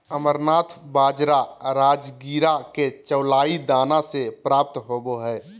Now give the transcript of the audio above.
amaranth बाजरा राजगिरा के चौलाई दाना से प्राप्त होबा हइ